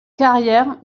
carrières